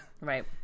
right